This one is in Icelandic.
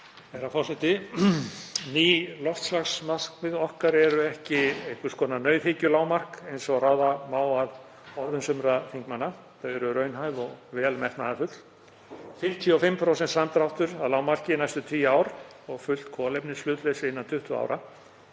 Herra forseti. Ný loftslagsmarkmið okkar eru ekki einhvers konar nauðhyggjulágmark eins og ráða má af orðum sumra þingmanna. Þau eru raunhæf og vel metnaðarfull, 55% samdráttur að lágmarki næstu tíu ár og fullt kolefnishlutleysi innan 20 ára.